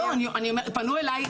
פנו אלי.